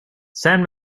san